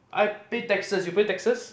I pay taxes you pay taxes